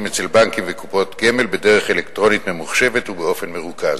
אצל בנקים וקופות גמל בדרך אלקטרונית-ממוחשבת ובאופן מרוכז.